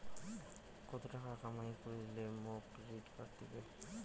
কত টাকা কামাই করিলে মোক ক্রেডিট কার্ড দিবে?